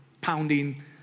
pounding